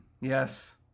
yes